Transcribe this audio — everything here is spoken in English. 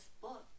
Book